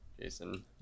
Jason